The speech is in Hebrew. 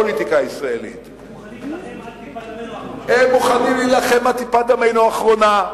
הם מוכנים להילחם עד טיפת דמנו האחרונה.